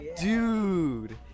Dude